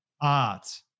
art